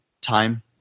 time